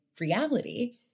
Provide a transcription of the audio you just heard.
reality